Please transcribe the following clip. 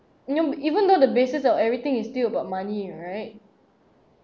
you know even though the bases of everything is still about money right